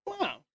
wow